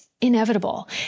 inevitable